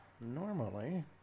normally